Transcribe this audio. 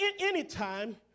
Anytime